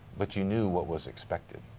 but you knew what was expected.